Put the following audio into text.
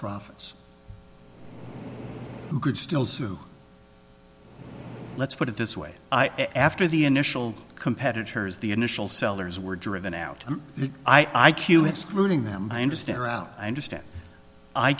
profits who could still sue let's put it this way after the initial competitors the initial sellers were driven out of the i q excluding them i understand route i understand i